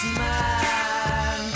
man